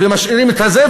משאירים את הזה,